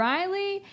Riley